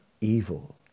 evil